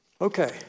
Okay